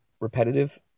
repetitive